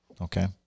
okay